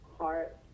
heart